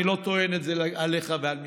אני לא טוען את זה עליך ועל משרדך.